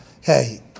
hey